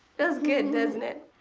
feels good doesn't it?